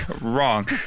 Wrong